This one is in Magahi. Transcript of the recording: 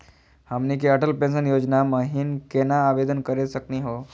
हमनी के अटल पेंसन योजना महिना केना आवेदन करे सकनी हो?